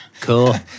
Cool